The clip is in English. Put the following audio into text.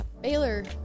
Baylor